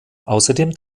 außerdem